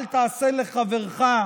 אל תעשה לחברך,